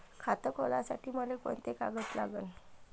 खात खोलासाठी मले कोंते कागद लागन?